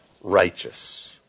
righteous